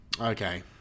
Okay